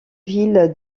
ville